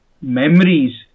memories